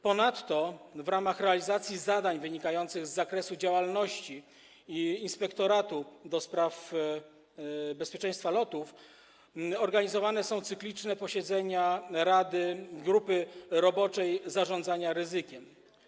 Ponadto w ramach realizacji zadań wynikających z zakresu działalności Inspektoratu do spraw Bezpieczeństwa Lotów organizowane są cykliczne posiedzenia rady grupy roboczej zarządzania ryzykiem.